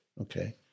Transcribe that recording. Okay